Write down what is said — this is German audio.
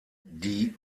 die